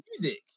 music